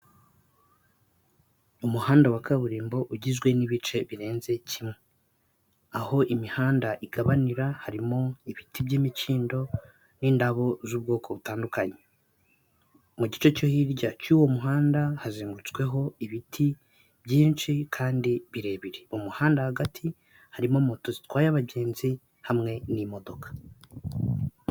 Umuhanda wa kaburimbo ugizwe n'ibice birenze kimwe. Aho imihanda igabanira, harimo ibiti by'imikindo n'indabo z'ubwoko butandukanye. Mu gice cyo hirya cy'uwo muhanda hazengutsweho ibiti byinshi kandi birebire. Mu muhanda hagati harimo moto zitwaye abagenzi hamwe n'imodoka.